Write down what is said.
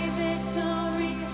victory